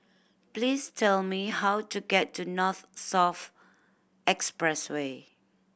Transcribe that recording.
please tell me how to get to North South Expressway